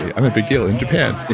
i'm a big deal in japan.